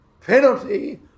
penalty